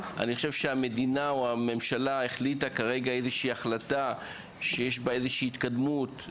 אני חושב שממשלה קיבלה כרגע איזו שהיא החלטה שיש בה התקדמות מסוימת,